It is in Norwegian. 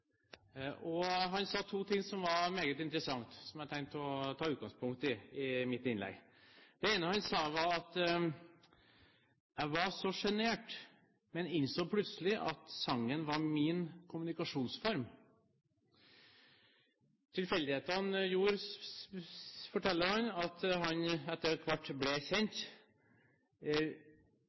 og han sa to ting som var meget interessant, som jeg tenkte å ta utgangspunkt i i mitt innlegg. Det ene var: Jeg var så sjenert, men innså plutselig at sangen var min kommunikasjonsform. Tilfeldighetene – fortalte han – gjorde at han etter hvert ble kjent.